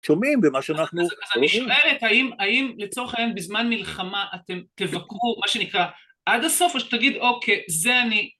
שומעים במה שאנחנו... אז אני שואלת האם האם לצורך הענין בזמן מלחמה אתם תבקרו מה שנקרא, ״עד הסוף״ או שתגיד ״אוקיי. זה אני״